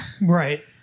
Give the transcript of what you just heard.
Right